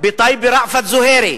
בטייבה: ראפת זוהיירי.